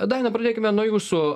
daina pradėkime nuo jūsų